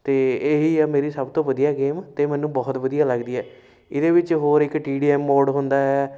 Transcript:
ਅਤੇ ਇਹੀ ਆ ਮੇਰੀ ਸਭ ਤੋਂ ਵਧੀਆ ਗੇਮ ਅਤੇ ਮੈਨੂੰ ਬਹੁਤ ਵਧੀਆ ਲੱਗਦੀ ਹੈ ਇਹਦੇ ਵਿੱਚ ਹੋਰ ਇੱਕ ਟੀ ਡੀ ਐਮ ਮੋਡ ਹੁੰਦਾ ਹੈ